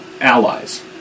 allies